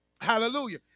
hallelujah